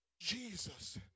Jesus